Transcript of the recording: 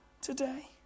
today